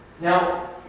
Now